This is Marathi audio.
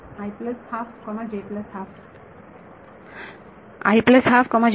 विद्यार्थी